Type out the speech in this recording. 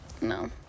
no